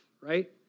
right